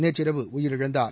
நேற்றிரவு உயிரிழந்தார்